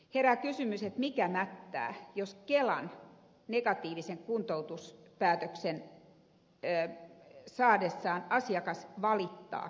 herää kysymys mikä mättää jos kelan negatiivisen kuntoutuspäätöksen saadessaan asiakas valittaa kuntoutuspäätöksestä